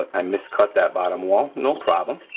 i miscut that bottom wall, no problem,